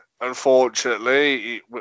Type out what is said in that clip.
unfortunately